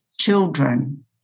children